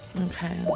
Okay